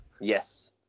Yes